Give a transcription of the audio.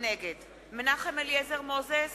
נגד מנחם אליעזר מוזס,